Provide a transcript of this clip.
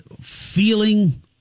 feeling